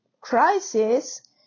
crisis